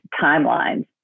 timelines